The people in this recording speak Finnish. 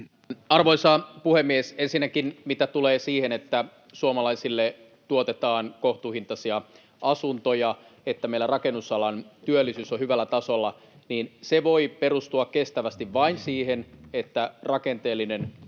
Arvoisa puhemies! Ensinnäkin, mitä tulee siihen, että suomalaisille tuotetaan kohtuuhintaisia asuntoja ja että meillä rakennusalan työllisyys on hyvällä tasolla: Se voi perustua kestävästi vain siihen, että rakenteellinen talouden